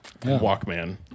Walkman